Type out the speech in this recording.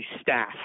staff